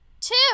Two